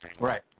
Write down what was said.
Right